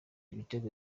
ibitego